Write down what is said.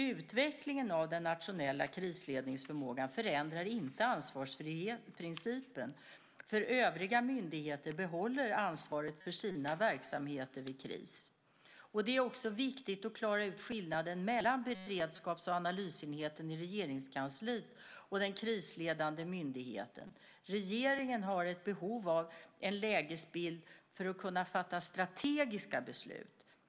Utvecklingen av den nationella krisledningsförmågan förändrar inte ansvarsprincipen, för övriga myndigheter behåller ansvaret för sina verksamheter i kris. Det är också viktigt att klara ut skillnaden mellan beredskaps och analysenheten i Regeringskansliet och den krisledande myndigheten. Regeringen har ett behov av en lägesbild för att kunna fatta strategiska beslut.